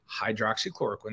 hydroxychloroquine